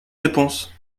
réponse